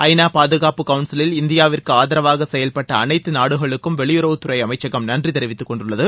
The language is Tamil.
ஐநா பாதுகாப்பு கவுன்சிலில் இந்தியாவிற்கு ஆதரவாக செயல்பட்ட அனைத்த நாடுகளுக்கும் வெளியுறவுத்துறை அமைச்சகம் நன்றி தெரிவித்துக்கொண்டுள்ளது